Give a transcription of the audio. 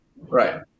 Right